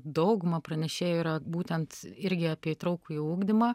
dauguma pranešėjų yra būtent irgi apie įtraukųjį ugdymą